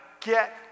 get